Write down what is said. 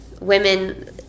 women